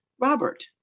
Robert